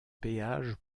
péage